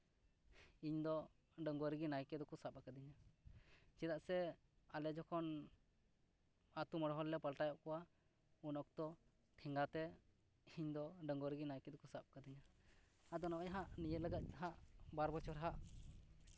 ᱤᱧ ᱫᱚ ᱰᱟᱹᱝᱜᱽᱣᱟᱹ ᱨᱮᱜᱮ ᱱᱟᱭᱠᱮ ᱫᱚᱠᱚ ᱥᱟᱵ ᱠᱟᱫᱤᱧᱟ ᱪᱮᱫᱟᱜ ᱥᱮ ᱟᱞᱮ ᱡᱚᱠᱷᱚᱱ ᱟᱛᱳ ᱢᱚᱬᱮ ᱦᱚᱲᱞᱮ ᱯᱟᱞᱴᱟᱣ ᱮᱫ ᱠᱚᱣᱟ ᱩᱱ ᱚᱠᱛᱚ ᱴᱷᱮᱸᱜᱟ ᱛᱮ ᱤᱧ ᱫᱚ ᱰᱟᱹᱝᱜᱽᱣᱟᱹ ᱨᱮᱜᱮ ᱱᱟᱭᱠᱮ ᱫᱚᱠᱚ ᱥᱟᱵ ᱠᱟᱫᱤᱧᱟ ᱟᱫᱚ ᱱᱚᱜᱼᱚᱭ ᱦᱟᱜ ᱱᱤᱭᱟᱹ ᱞᱟᱜᱟᱫ ᱱᱟᱦᱟᱜ ᱵᱟᱨ ᱵᱚᱪᱷᱚᱨ ᱦᱟᱸᱜ